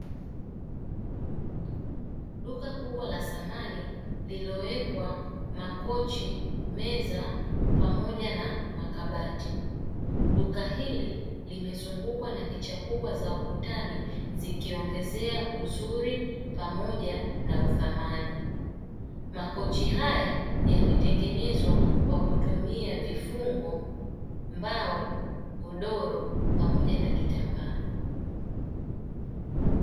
Duka kubwa la samani lililiowekwa makochi, meza pamoja na makabati. Duka hili limezungukwa na picha kubwa za ukutani zikiongezea uzuri pamoja na uthamani, makochi haya yametengenezwa kwa kutumia vifungo, mbao, godoro pamoja na kitambaa.